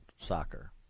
soccer